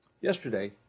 Yesterday